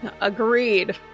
Agreed